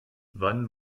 wann